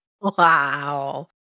Wow